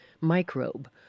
microbe